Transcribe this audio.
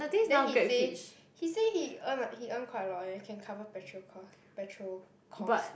then he say he say he earn like he earn quite a lot eh can cover petrol cost petrol cost